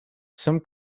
some